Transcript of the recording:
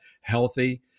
healthy